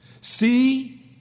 see